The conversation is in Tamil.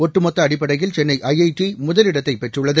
ஒட்டுமொத்த அடிப்படையில் சென்னை ஐ ஐ டி முதலிடத்தை பெற்றுள்ளது